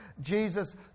Jesus